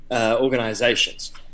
organizations